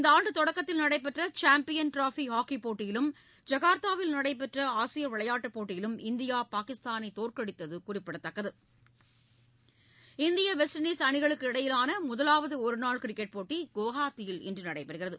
இந்த ஆண்டு தொடக்கத்தில் நடைபெற்ற சாம்பியன் டிராபி ஹாக்கிப் போட்டியிலும் ஜகார்த்தாவில் நடைபெற்ற ஆசிய விளையாட்டுப் போட்டியிலும் இந்தியா பாகிஸ்தாளை தோற்கடித்தது குறிப்பிடத்தக்கது இந்தியா வெஸ்ட் இண்டீஸ் அணிகளுக்கு இடையிலான முதலாவது ஒரு நாள் கிரிக்கெட் போட்டி குவஹாத்தியில் இன்று நடைபெறுகிறது